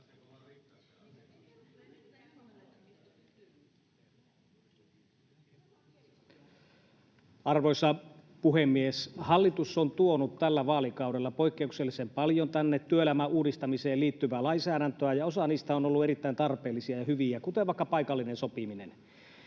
Arvoisa puhemies! Hallitus on tuonut tänne tällä vaalikaudella poikkeuksellisen paljon työelämän uudistamiseen liittyvää lainsäädäntöä, ja osa niistä on ollut erittäin tarpeellisia ja hyviä, kuten paikallinen sopiminen,